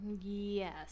Yes